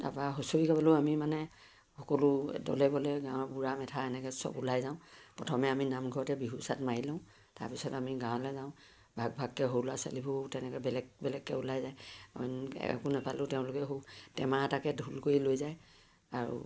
তাপা হুঁচৰি গাবলৈও আমি মানে সকলো দলে বলে গাঁৱৰ বুঢ়া মেঠা এনেকে চব ওলাই যাওঁ প্ৰথমে আমি নামঘৰতে বিহু এচাত মাৰি লওঁ তাৰপিছত আমি গাঁৱলৈ যাওঁ ভাগ ভাগকৈ সৰু ল'ৰা ছোৱালীবোৰও তেনেকৈ বেলেগ বেলেগকৈ ওলাই যায় একো নাপালেও তেওঁলোকে সৌ টেমা এটাকে ঢোল কৰি লৈ যায় আৰু